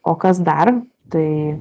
o kas dar tai